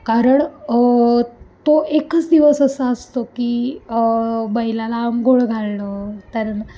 कारण तो एकच दिवस असा असतो की बैलाला आंघोळ घालणं त्याला